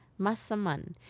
Masaman